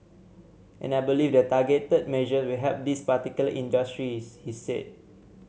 and I believe the targeted measure will help these particular industries he said